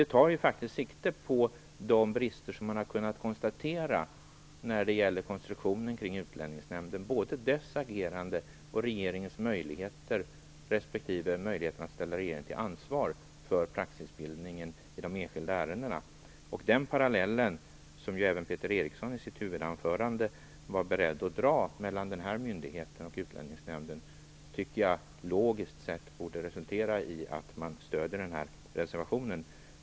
Den tar faktiskt sikte på de brister som man har kunnat konstatera i konstruktionen kring Utlänningsnämnden, både dess agerande och regeringens möjligheter respektive möjligheten att ställa regeringen till ansvar för praxisbildningen i enskilda ärenden. Den parallell som även Peter Eriksson i sitt huvudanförande var beredd att dra mellan den här myndigheten och Utlänningsnämnden tycker jag logiskt sett borde resultera i att Miljöpartiet stödjer reservationen.